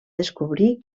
descobrir